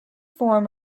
form